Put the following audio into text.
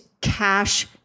cash